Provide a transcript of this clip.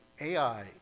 AI